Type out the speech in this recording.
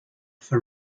for